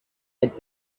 had